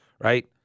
right